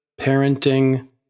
parenting